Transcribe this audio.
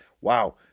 wow